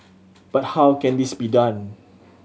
but how can this be done